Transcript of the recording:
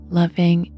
loving